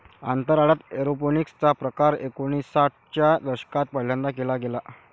अंतराळात एरोपोनिक्स चा प्रकार एकोणिसाठ च्या दशकात पहिल्यांदा केला गेला